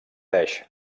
desh